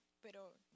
pero